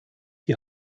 die